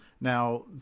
Now